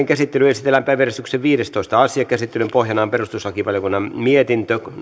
käsittelyyn esitellään päiväjärjestyksen viidestoista asia käsittelyn pohjana on perustuslakivaliokunnan mietintö